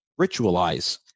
ritualize